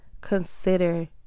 consider